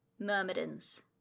Myrmidons